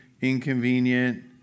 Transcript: inconvenient